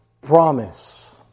promise